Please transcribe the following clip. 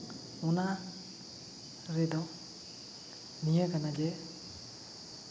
ᱚᱱᱟ ᱨᱮᱫᱚ ᱱᱤᱭᱟᱹ ᱠᱟᱱᱟ ᱡᱮ